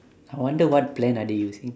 I wonder what plan are they using